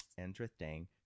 Interesting